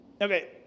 Okay